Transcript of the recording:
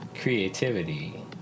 creativity